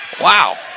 Wow